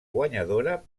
guanyadora